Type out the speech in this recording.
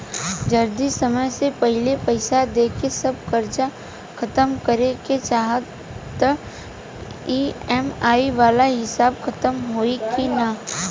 जदी समय से पहिले पईसा देके सब कर्जा खतम करे के चाही त ई.एम.आई वाला हिसाब खतम होइकी ना?